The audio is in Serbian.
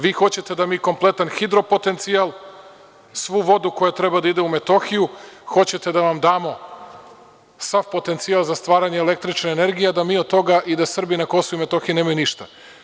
Vi hoćete da mi kompletan hidro potencijal, svu vodu koja treba da ide u Metohiju, hoćete da vam damo sav potencijal za stvaranje električne energije, a da mi od toga i Srbi na Kosovu i Metohiji nemaju ništa.